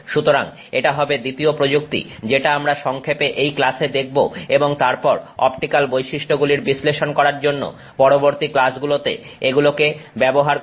সুতরাং এটা হবে দ্বিতীয় প্রযুক্তি যেটা আমরা সংক্ষেপে এই ক্লাসে দেখব এবং তারপর অপটিক্যাল বৈশিষ্ট্যগুলির বিশ্লেষণ করার জন্য পরবর্তী ক্লাসগুলোতে এগুলোকে ব্যবহার করব